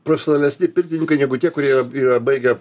profesionalesni pirtininkai negu tie kurie yra yra baigę